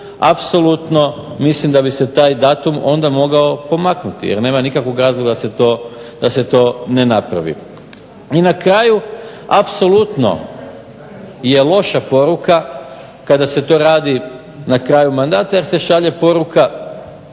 apsolutno mislim da bi se taj datum onda mogao pomaknuti jer nema nikakvog razloga da se to ne napravi. I na kraju, apsolutno je loša poruka kada se to radi na kraju mandata jer se šalje poruka